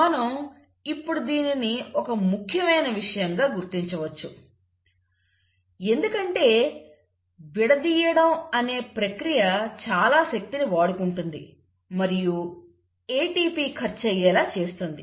మనం ఇప్పుడు దీనిని ఒక ముఖ్యమైన విషయంగా గుర్తించవచ్చు ఎందుకంటే విడదీయడం అనే ప్రక్రియ చాలా శక్తిని వాడుకుంటుంది మరియు ATP ఖర్చు అయ్యేలా చేస్తుంది